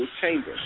chamber